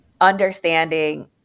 understanding